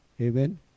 Amen